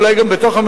אולי גם בתוך הממשלה,